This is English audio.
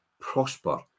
prosper